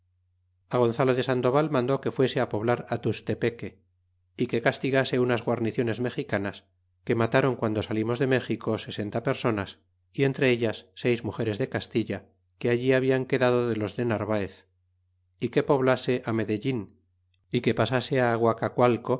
gonzalo de sandoval mandó que fuese á poblar tustepeque é que castigase unas guarniciones mexicanas que mataron guando salimos de méxico sesenta personas y entre ellas seis mugeres de castilla que allí hamari quedado de los de narvaez é que poblase ó medellín é qt pasase